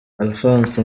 alphonse